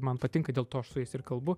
man patinka dėl to aš su jais ir kalbu